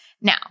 Now